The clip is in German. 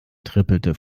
trippelte